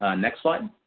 ah next slide.